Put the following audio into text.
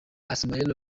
ismaël